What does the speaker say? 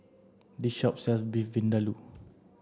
this shop sells Beef Vindaloo